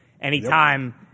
Anytime